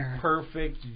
perfect